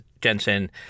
Jensen